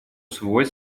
свой